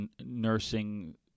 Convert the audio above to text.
nursing